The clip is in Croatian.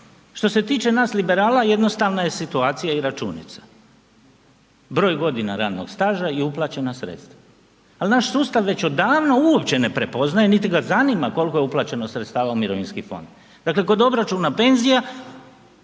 Što se tiče nas liberala, jednostavna je situacija i računica. Broj godina radnog staža i uplaćena sredstva ali naš sustav već odavno uopće ne prepoznaje niti ga zanima koliko je uplaćeno sredstava u mirovinski fond. Dakle kod obračuna penzija,